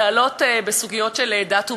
לעלות בסוגיות של דת ומדינה.